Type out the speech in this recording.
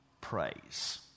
praise